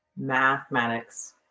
Mathematics